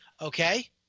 Okay